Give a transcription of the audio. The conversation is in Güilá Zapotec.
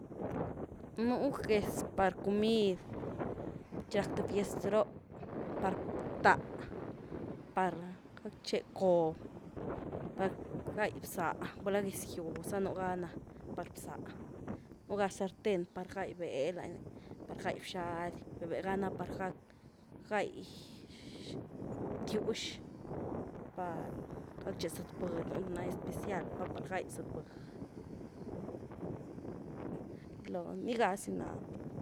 Nu’ geez par comid, chi rac th fiest roh, par btáah, par gactche cob, par gahy bzáh, gula’ gez gyw zana nuga na par bzáh, nu’ ga sarten par gay beel lañny, par gay bxady, beh-beh ga na par gac, gay btiux, par gatche zëtbudy, nuny nany especial pa par ga’y zëtbudy, nii gazy na’ny.